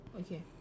Okay